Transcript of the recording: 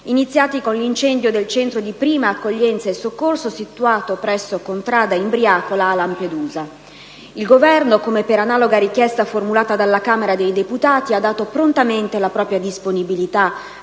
iniziati con l'incendio del centro di prima accoglienza e soccorso, situato presso Contrada Imbriacola, a Lampedusa. Il Governo - come per analoga richiesta formulata dalla Camera dei deputati - ha dato prontamente la propria disponibilità